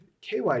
KY